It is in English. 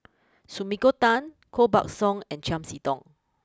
Sumiko Tan Koh Buck Song and Chiam see Tong